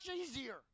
easier